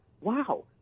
wow